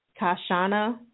Kashana